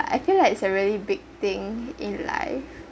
I feel like it's a really big thing in life